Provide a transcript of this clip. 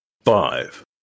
Five